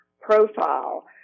profile